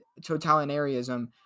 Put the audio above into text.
totalitarianism